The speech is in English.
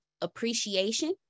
appreciation